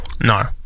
No